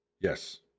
yes